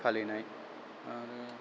फालिनाय आरो